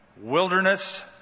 wilderness